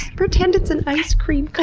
pretend it's an ice cream cone.